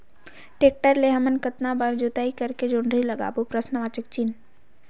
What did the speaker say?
Tractor ले हमन कतना बार जोताई करेके जोंदरी लगाबो?